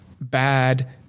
bad